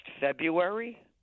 February